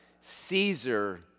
Caesar